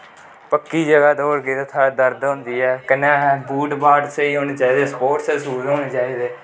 पक्की जगा दौड़गे तां थल्लै दर्द होंदी ऐ कन्नै बूट बाट स्हेई होनें चाही दे स्पोटस दे शूज़ होनें चाही दे